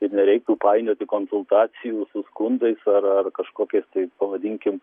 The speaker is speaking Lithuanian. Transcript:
ir nereiktų painioti konsultacijų su skundais ar ar kažkokiais tai pavadinkim